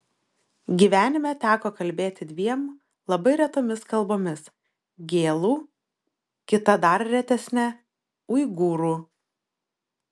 gyvenime teko kalbėti dviem labai retomis kalbomis gėlų kita dar retesne uigūrų